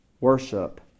worship